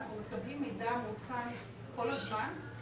אנחנו מקבלים מידע מעודכן כל הזמן,